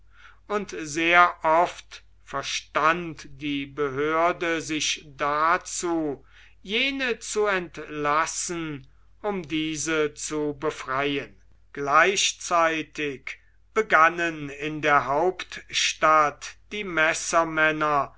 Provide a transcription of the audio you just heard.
und sehr oft verstand die behörde sich dazu jene zu entlassen um diese zu befreien gleichzeitig begannen in der hauptstadt die